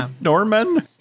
Norman